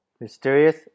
Mysterious